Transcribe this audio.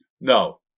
No